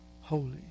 holy